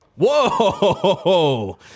Whoa